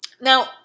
Now